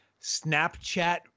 Snapchat